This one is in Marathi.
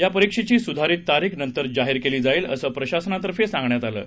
या परीक्षेची सुधारित तारीख नंतर जाहीर केली जाईल असं प्रशासनातर्फे सांगण्यात आलं आहे